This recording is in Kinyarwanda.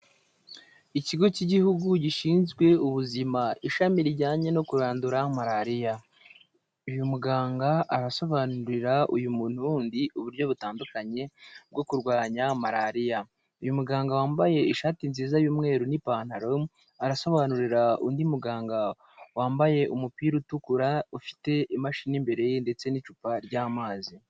Ikigo cy'igihugu gishinzwe ubuzima, ishami rijyanye no kurandura malariya, uyu muganga arasobanurira uyu muntu wundi uburyo butandukanye bwo kurwanya malariya, uyu muganga wambaye ishati nziza y'umweru n'ipantaro, arasobanurira undi muganga wambaye umupira utukura, ufite imashini imbere ye, ndetse n'icupa ry'amazi.